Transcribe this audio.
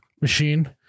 machine